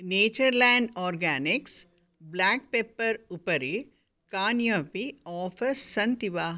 Natureland Organics black pepper उपरि कान्यपि offers सन्ति वा